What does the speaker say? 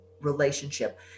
relationship